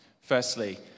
Firstly